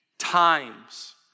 Times